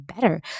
better